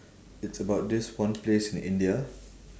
it's about this one place in india